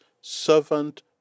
servant